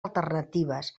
alternatives